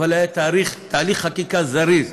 אבל היה תהליך חקיקה זריז,